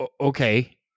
Okay